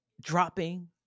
dropping